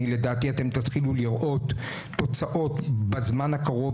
לדעתי אתם תתחילו לראות תוצאות בזמן הקרוב,